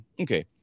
Okay